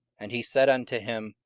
and he said unto him,